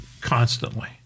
constantly